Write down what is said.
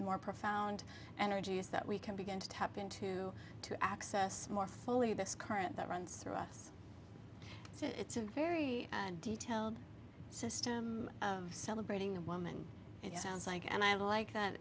more profound and energies that we can begin to tap into to access more fully this current that runs through us it's a very detailed system of celebrating a woman it sounds like and i like that